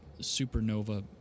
supernova